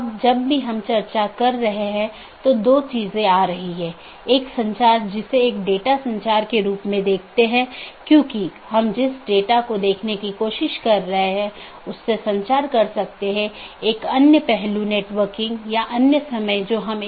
और यह बैकबोन क्षेत्र या बैकबोन राउटर इन संपूर्ण ऑटॉनमस सिस्टमों के बारे में जानकारी इकट्ठा करता है